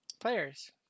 Players